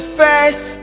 first